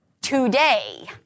today